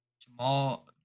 Jamal